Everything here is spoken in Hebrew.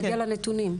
להגיע לנתונים.